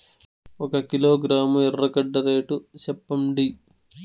ఒక కిలోగ్రాము ఎర్రగడ్డ రేటు సెప్పండి?